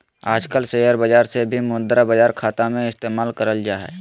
आजकल शेयर बाजार मे भी मुद्रा बाजार खाता इस्तेमाल करल जा हय